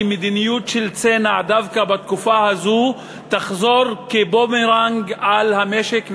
כי מדיניות של צנע דווקא בתקופה הזאת תחזור כבומרנג על המשק.